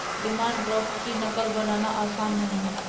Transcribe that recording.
demand draft की नक़ल बनाना आसान नहीं है